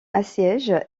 assiègent